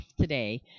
today